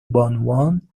بانوان